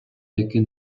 який